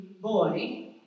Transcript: boy